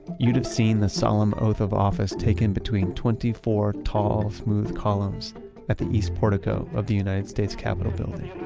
you'd have seen the solemn oath of office taken between twenty four tall, smooth columns at the east portico of the united states capitol building